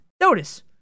Notice